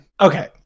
okay